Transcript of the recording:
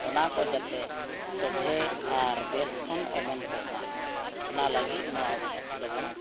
ᱚᱱᱟᱠᱚ ᱡᱟᱛᱮ ᱥᱚᱡᱷᱮ ᱟᱨ ᱵᱮᱥ ᱠᱷᱚᱱ ᱚᱢᱚᱱ ᱠᱚᱜᱢᱟ ᱚᱱᱟ ᱞᱟᱹᱜᱤᱫ ᱱᱚᱣᱟ ᱫᱚᱵᱚᱱ